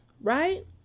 Right